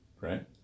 Right